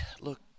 look